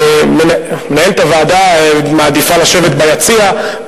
מנהלת הוועדה מעדיפה לשבת ביציע,